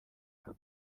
ako